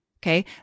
Okay